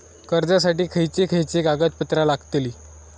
कर्जासाठी खयचे खयचे कागदपत्रा लागतली?